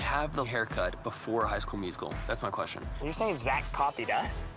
have the haircut before high school musical? that's my question. are you saying zac copied us?